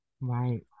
Right